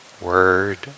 word